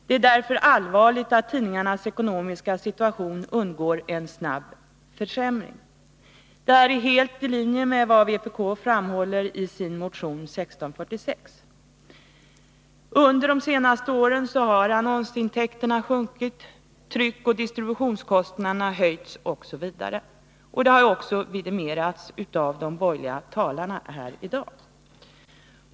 Det är därför allvarligt att tidningarnas ekonomiska situation undergår en snabb försämring.” Detta konstaterande är helt i linje med vad vpk framhåller i sin motion 1646. Under de senaste åren har annonsintäkterna sjunkit, tryckoch distributionskostnaderna har höjts osv. Det har också vidimerats av de borgerliga talarna i dag.